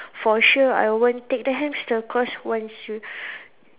for sure I won't take the hamster cause once you